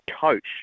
coach